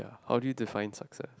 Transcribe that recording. how you define success